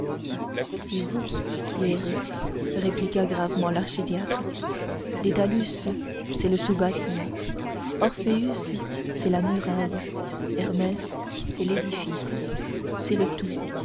c'est vous qui errez répliqua gravement l'archidiacre dédalus c'est le soubassement orpheus c'est la muraille hermès c'est l'édifice c'est le tout